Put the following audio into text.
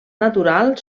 natural